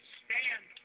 stand